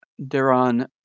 Deron